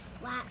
flat